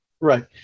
Right